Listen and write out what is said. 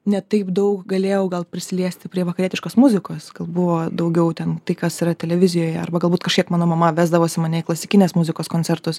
ne taip daug galėjau gal prisiliesti prie vakarietiškos muzikos buvo daugiau ten tai kas yra televizijoje arba galbūt kažkiek mano mama vesdavosi mane į klasikinės muzikos koncertus